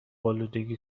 آلودگی